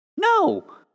No